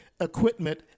Equipment